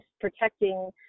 protecting